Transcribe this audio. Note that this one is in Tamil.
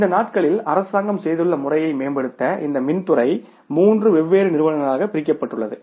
இந்த நாட்களில் அரசாங்கம் செய்துள்ள முறையை மேம்படுத்த இந்த மின் துறை மூன்று வெவ்வேறு நிறுவனங்களாக பிரிக்கப்பட்டுள்ளது